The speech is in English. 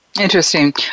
Interesting